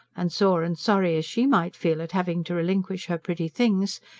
and sore and sorry as she might feel at having to relinquish her pretty things,